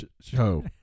show